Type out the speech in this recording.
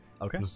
Okay